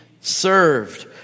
served